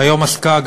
והיום עסקה,